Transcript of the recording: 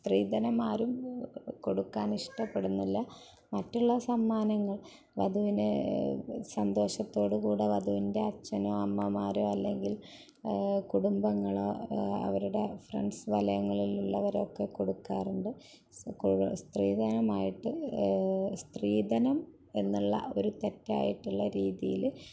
സ്ത്രീധനം ആരും കൊടുക്കാനിഷ്ടപ്പെടുന്നില്ല മറ്റുള്ള സമ്മാനങ്ങള് വധുവിന് സന്തോഷത്തോടു കൂടെ വധുവിന്റെ അച്ഛനോ അമ്മമാരോ അല്ലെങ്കില് കുടുംബങ്ങളോ അവരുടെ ഫ്രണ്ട്സ് തലങ്ങളിലുള്ളവരൊക്കെ കൊടുക്കാറുണ്ട് സ്ത്രീധനമായിട്ട് സ്ത്രീധനം എന്നുള്ള ഒരു തെറ്റായിട്ടുള്ള രീതിയില്